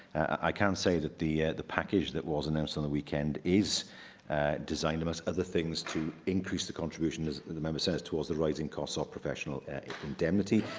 i can say that the the package that was announced on the weekend is designed, amongst other things, to increase the contribution, as the the member says, towards the rising costs of ah professional indemnity,